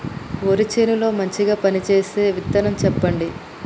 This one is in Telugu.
వరి చేను లో మంచిగా పనిచేసే విత్తనం చెప్పండి?